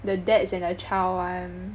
the dads and their child [one]